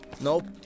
Nope